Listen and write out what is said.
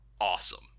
awesome